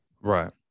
right